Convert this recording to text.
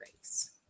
race